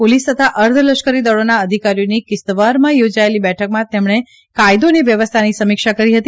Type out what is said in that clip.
police તથા અર્ધલશ્કરીદળોના અધિકારીઓની કિશ્તવરમાં યોજાયેલી બેઠકમાં તેમણે કાયદો અને વ્યવસ્થાની સમીક્ષા કરી હતી